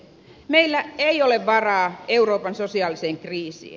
meillä ei ole varaa euroopan sosiaaliseen kriisiin